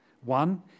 One